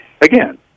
again